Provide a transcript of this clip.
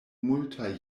multaj